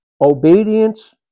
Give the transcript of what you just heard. Obedience